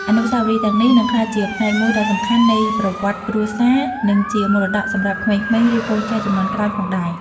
អនុស្សាវរីយ៍ទាំងនេះនឹងក្លាយជាផ្នែកមួយដ៏សំខាន់នៃប្រវត្តិគ្រួសារ និងជាមរតកសម្រាប់ក្មេងៗឬកូនចៅជំនាន់ក្រោយផងដែរ ។